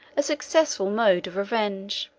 a successful, mode of revenge.